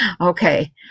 okay